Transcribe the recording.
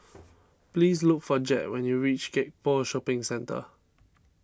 please look for Jett when you reach Gek Poh Shopping Centre